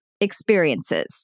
experiences